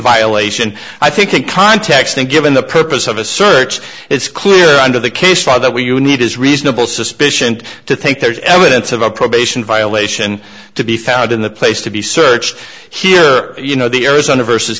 violation i think in context and given the purpose of a search it's clear under the case law that we you need is reasonable suspicion to think there's evidence of a probation violation to be found in the place to be searched here you know the arizona versus